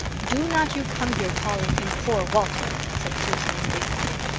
do not you come here calling him poor walter, said susan indignantly,